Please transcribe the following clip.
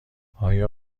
آیا